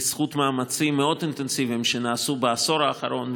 בזכות מאמצים מאוד אינטנסיביים שנעשו בעשור האחרון,